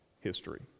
history